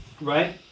Right